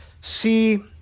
see